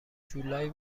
جولای